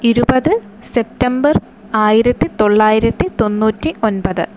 ഇരുപത് സെപ്റ്റംബർ ആയിരത്തി തൊള്ളായിരത്തി തൊണ്ണൂറ്റി ഒൻപത്